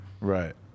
Right